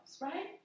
right